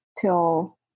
till